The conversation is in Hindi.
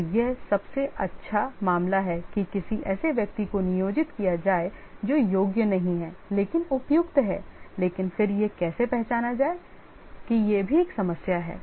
तो यह सबसे अच्छा मामला है कि किसी ऐसे व्यक्ति को नियोजित किया जाए जो योग्य नहीं है लेकिन उपयुक्त है लेकिन फिर यह कैसे पहचाना जाए कि यह भी एक समस्या है